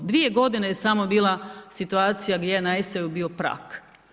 2 godine je samo bila situacija gdje je na eseju bio prag.